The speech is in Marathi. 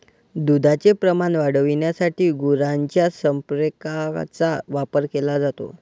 दुधाचे प्रमाण वाढविण्यासाठी गुरांच्या संप्रेरकांचा वापर केला जातो